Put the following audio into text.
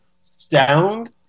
sound